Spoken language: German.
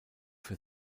für